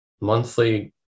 monthly